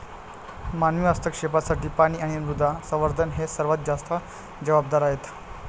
मानवी हस्तक्षेपासाठी पाणी आणि मृदा संवर्धन हे सर्वात जास्त जबाबदार आहेत